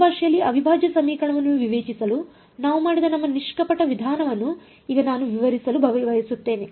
ಹೊಸ ಭಾಷೆಯಲ್ಲಿ ಅವಿಭಾಜ್ಯ ಸಮೀಕರಣವನ್ನು ವಿವೇಚಿಸಲು ನಾವು ಮಾಡಿದ ನಮ್ಮ ನಿಷ್ಕಪಟ ವಿಧಾನವನ್ನು ಈಗ ನಾನು ವಿವರಿಸಲು ಬಯಸುತ್ತೇನೆ